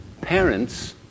Parents